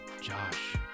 Josh